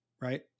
right